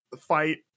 fight